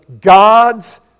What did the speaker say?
God's